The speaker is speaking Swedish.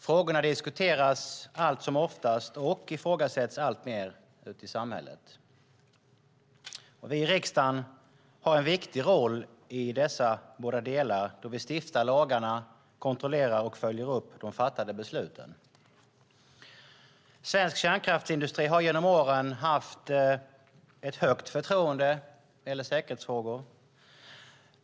Frågorna diskuteras allt som oftast och ifrågasätts alltmer ute i samhället. Vi i riksdagen har en viktig roll i dessa båda delar, då vi stiftar lagarna och kontrollerar och följer upp de fattade besluten. Svensk kärnkraftsindustri har genom åren haft ett högt förtroende när det gäller säkerhetsfrågor.